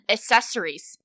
Accessories